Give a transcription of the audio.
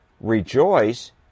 rejoice